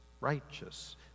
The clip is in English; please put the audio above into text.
righteous